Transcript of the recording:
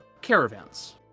caravans